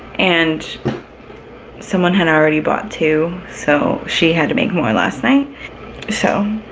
and someone had already bought two so she had to make more last night so